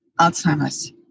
Alzheimer's